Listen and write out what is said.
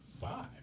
five